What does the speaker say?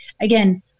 again